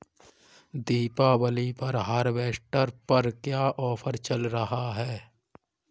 दीपावली पर हार्वेस्टर पर क्या ऑफर चल रहा है?